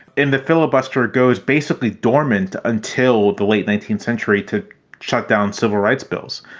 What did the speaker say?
and the filibuster goes basically dormant until the late nineteenth century to shut down civil rights bills.